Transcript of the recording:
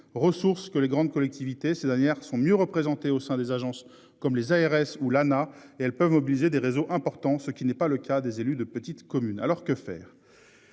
ressources que les grandes collectivités. Ces dernières sont mieux représentées au sein des agences comme les ARS ou Lana et elles peuvent mobiliser des réseaux importants, ce qui n'est pas le cas des élus de petites communes. Alors que faire.